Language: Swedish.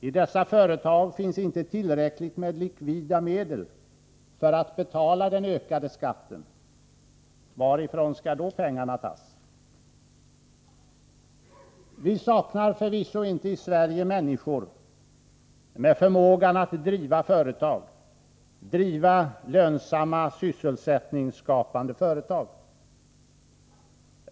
I dessa företag finns det inte tillräckligt med likvida medel för att betala den ökade skatten. Varifrån skall då pengarna tas? Vi saknar i Sverige förvisso inte människor med förmågan att driva företag — driva lönsamma, sysselsättningsskapande företag.